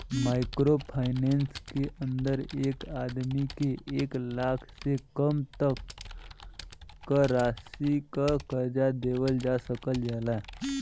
micro finance के अंदर एक आदमी के एक लाख से कम तक क राशि क कर्जा देवल जा सकल जाला